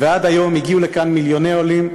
ועד היום הגיעו לכאן מיליוני עולים,